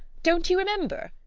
don't you remember?